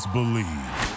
Believe